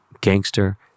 gangster